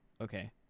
Okay